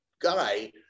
guy